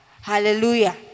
Hallelujah